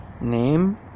Name